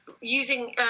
using